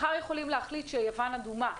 מחר יכולים להחליט שיוון אדומה.